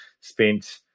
spent